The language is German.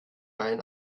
ein